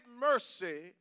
mercy